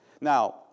Now